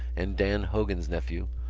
and dan hogan's nephew,